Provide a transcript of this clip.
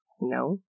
No